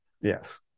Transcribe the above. yes